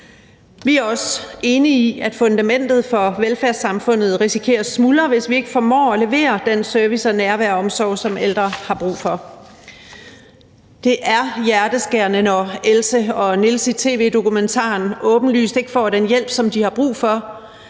Vi er også enige i, at fundamentet for velfærdssamfundet risikerer at smuldre, hvis vi ikke formår at levere den service og nærvær og omsorg, som ældre har brug for. Det er hjerteskærende, når Else og Niels i tv-dokumentaren åbenlyst ikke får den hjælp, som de har brug for.